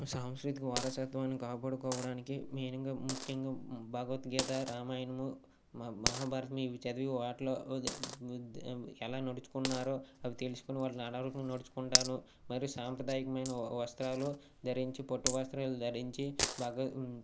సాంస్కృతిక వారసత్వాన్ని కాపాడుకోవడానికి మీనింగ్ ముఖ్యంగా భగవద్గీత రామాయణము మా మహాభారతం ఇవి చదివి వాటిలో ఉ ఎలా నడుచుకున్నారో అవి తెలుసుకొని వాటిని అడగటం నడుచుకుంటాను మరి సాంప్రదాయకమైన వస్త్రాలు ధరించి పట్టు వస్త్రాలు ధరించి